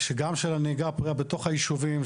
גם של הנהיגה הפרועה בתוך היישובים,